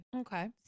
okay